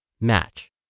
match